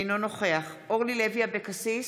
אינו נוכח אורלי לוי אבקסיס,